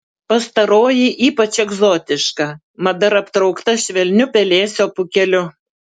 pastaroji ypač egzotiška mat dar aptraukta švelniu pelėsio pūkeliu